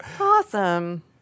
Awesome